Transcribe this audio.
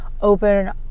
open